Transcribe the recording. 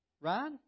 Right